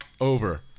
over